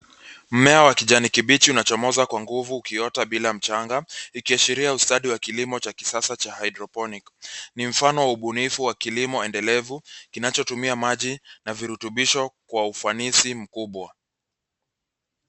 Mmea wa kijani kibichi unachomoza kwa nguvu ukitoa bila mchanga ikiashiria ustadi wa kilimo cha kisasa wa hydroponic . Ni mfano wa ubunifu wa kilimo endelevu kinacho tumia maji na virutubisho kwa ufanisi mkubwa.